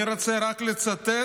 אני רוצה לצטט